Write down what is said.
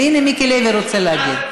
הינה, מיקי לוי רוצה להגיד.